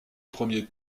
premier